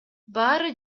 баары